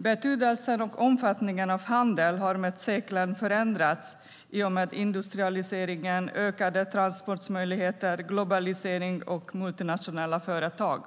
Betydelsen och omfattningen av handel har med seklerna förändrats i och med industrialiseringen, ökade transportmöjligheter, globalisering och multinationella företag.